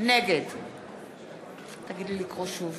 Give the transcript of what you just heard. נגד נא לקרוא שוב